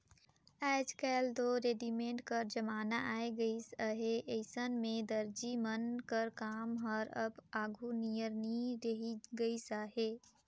आएज काएल दो रेडीमेड कर जमाना आए गइस अहे अइसन में दरजी मन कर काम हर अब आघु नियर नी रहि गइस अहे